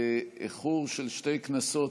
באיחור של שתי כנסות,